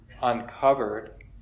uncovered